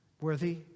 worthy